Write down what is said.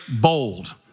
bold